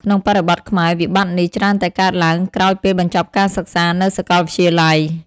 ក្នុងបរិបទខ្មែរ វិបត្តិនេះច្រើនតែកើតឡើងក្រោយពេលបញ្ចប់ការសិក្សានៅសាកលវិទ្យាល័យ។